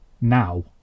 now